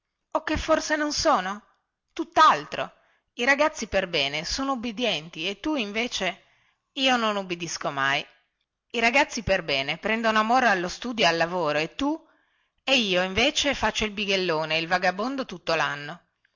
o che forse non sono tuttaltro i ragazzi perbene sono ubbidienti e tu invece e io non ubbidisco mai i ragazzi perbene prendono amore allo studio e al lavoro e tu e io invece faccio il bighellone e il vagabondo tutto lanno